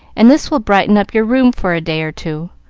and this will brighten up your room for a day or two.